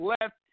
left